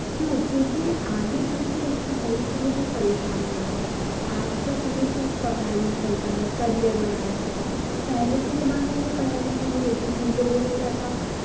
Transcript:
क्यों क्योंकि आगे चलके उसको में कोई परेशानी न हो आज का समय सिर्फ पढ़ाई लिखाई का है करियर बनाने का है पहले के जमाने में पढ़ाई लिखाई नहीं होती थी लोगों को क्या था